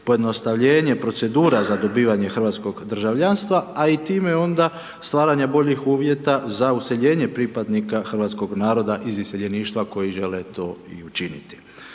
pojednostavljenje procedura za dobivanje hrvatskog državljanstva, a i time onda stvaranje boljih uvjeta za iseljenje pripadnika hrvatskog naroda iz iseljeništva koji žele to i učiniti.